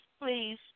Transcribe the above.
please